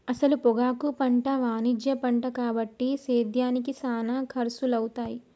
అసల పొగాకు పంట వాణిజ్య పంట కాబట్టి సేద్యానికి సానా ఖర్సులవుతాయి